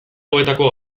hauetako